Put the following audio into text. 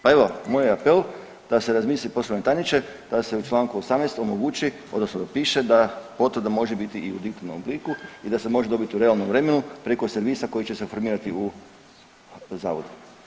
Pa evo moj je apel da se razmisli poslovni tajniče da se u Članku 18. omogući odnosno da piše da potvrda može biti i u digitalnom obliku i da se može dobiti u realnom vremenu preko servisa koji će formirati u zavodu.